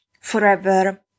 forever